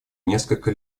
несколько